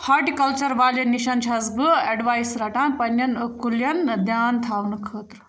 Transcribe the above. horticulture واجٮ۪ن نِشَن چھَس بہٕ اٮ۪ڈوایس رَٹان پنٛنٮ۪ن کُٮ۪لن دھیان تھاونہٕ خٲطرٕ